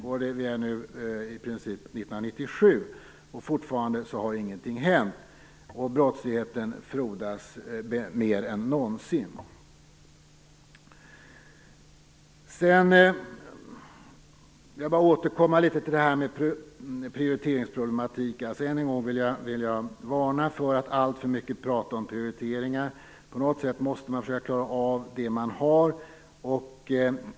Nu är det i princip 1997, och fortfarande har ingenting hänt. Brottsligheten frodas mer än någonsin. Jag återkommer litet grand till det här med prioriteringsproblemen. Jag vill än en gång varna för att allt för mycket prata om prioriteringar. Man måste försöka klara av det man har på något sätt.